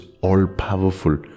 all-powerful